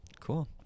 Cool